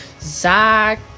Zach